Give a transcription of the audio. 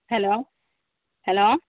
hello hello